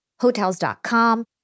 Hotels.com